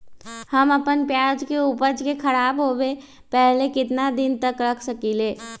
हम अपना प्याज के ऊपज के खराब होबे पहले कितना दिन तक रख सकीं ले?